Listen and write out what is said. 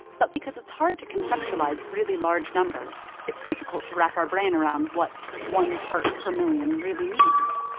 but because it's hard to conceptualize really large numbers, it's difficult to wrap our brain around what one part per million really means.